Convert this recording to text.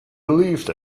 believed